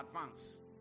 advance